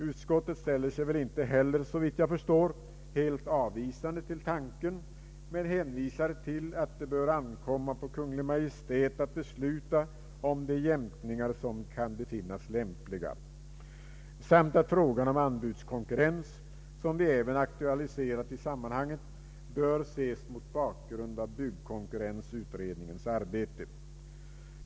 Utskottet ställer sig väl inte heller — såvitt jag förstår — helt avvisande till tanken men hänvisar till att det bör ankomma på Kungl. Maj:t att besluta om de jämkningar som kan befinnas lämpliga samt till att frågan om anbudskonkurrens, som vi även aktualiserat i sammanhanget, bör ses mot bakgrund av byggkonkurrensutredningens arbete.